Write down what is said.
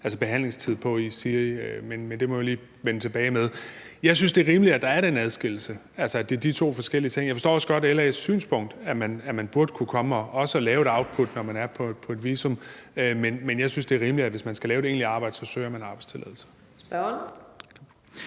om arbejdstilladelse er 30 dage, men det må jeg jo lige vende tilbage med. Jeg synes, det er rimeligt, at der er den adskillelse, altså at der skelnes mellem de to forskellige ting. Jeg forstår også godt LA's synspunkt om, at man også burde kunne komme at lave et output, når man er på et visum. Men jeg synes, det er rimeligt, at hvis man skal lave et egentligt arbejde, søger man arbejdstilladelse.